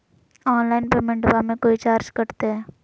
Online पेमेंटबां मे कोइ चार्ज कटते?